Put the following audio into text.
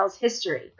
history